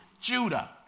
Judah